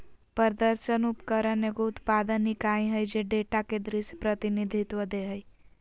प्रदर्शन उपकरण एगो उत्पादन इकाई हइ जे डेटा के दृश्य प्रतिनिधित्व दे हइ